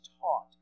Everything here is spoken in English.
taught